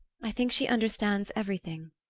i think she understands everything.